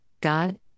God